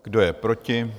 Kdo je proti?